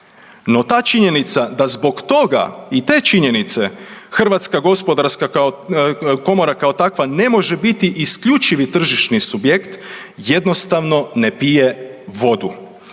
No ta činjenica da zbog toga i te činjenice HGK kao takva ne može biti isključivi tržišni subjekt jednostavno ne pije vodu.